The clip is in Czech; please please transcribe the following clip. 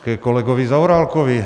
Ke kolegovi Zaorálkovi.